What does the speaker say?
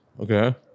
Okay